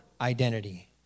identity